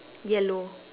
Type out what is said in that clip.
yellow